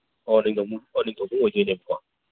ꯑꯣ ꯑꯣꯏꯗꯣꯏꯅꯦꯕꯀꯣ